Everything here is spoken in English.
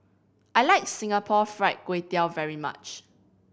I like Singapore Fried Kway Tiao very much